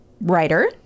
writer